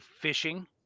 fishing